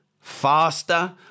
faster